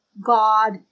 God